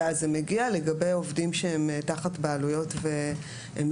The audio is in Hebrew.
לגבי עובדים שהם תחת בעלויות אחרות,